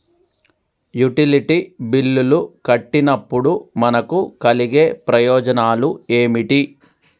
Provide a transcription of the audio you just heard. Utility బిల్లులు కట్టినప్పుడు మనకు కలిగే ప్రయోజనాలు ఏమిటి?